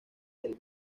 del